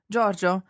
Giorgio